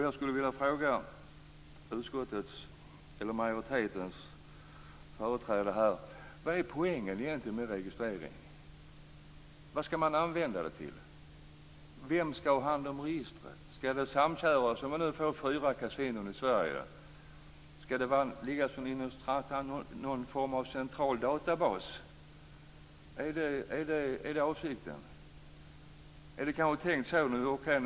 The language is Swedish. Jag skulle vilja fråga majoritetens företrädare vilken poängen egentligen är med registrering. Vad skall man använda det till? Vem skall ha hand om registret? Skall det samköras? Skall det ligga i någon form av central databas om vi får fyra kasinon i Sverige? Är det avsikten?